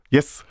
Yes